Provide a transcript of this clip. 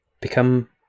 Become